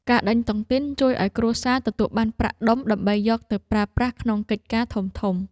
ការដេញតុងទីនជួយឱ្យគ្រួសារទទួលបានប្រាក់ដុំ ដើម្បីយកទៅប្រើប្រាស់ក្នុងកិច្ចការធំៗ។